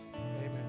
Amen